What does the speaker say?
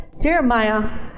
Jeremiah